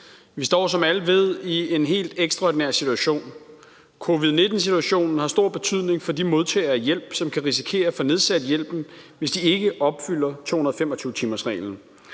Vi står, som alle ved, i en helt ekstraordinær situation. Covid-19-situationen har stor betydning for de modtagere af hjælp, som kan risikere at få nedsat hjælpen, hvis de ikke opfylder 225-timersreglen.